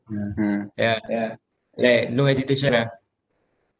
yeah like no hesitation ah